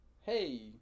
hey